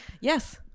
yes